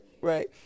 Right